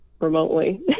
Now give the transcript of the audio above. remotely